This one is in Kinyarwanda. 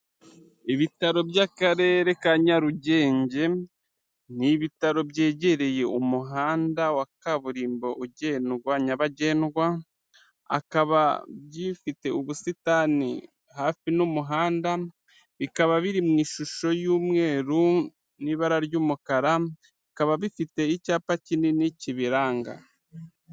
Ibitaro by'akarere ka Nyarugenge ni ibitaro byegereye umuhanda wa kaburimbo ugendwa nyabagendwa, bikaba bifite ubusitani hafi n'umuhanda, bikaba biri mu ishusho y'umweru n'ibara ry'umukara, bikaba bifite icyapa kinini kibiranga.